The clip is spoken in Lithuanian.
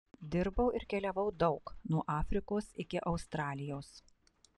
dirbau ir keliavau daug nuo afrikos iki australijos